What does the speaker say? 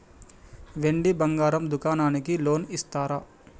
వెండి బంగారం దుకాణానికి లోన్ ఇస్తారా?